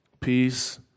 peace